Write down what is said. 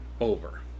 over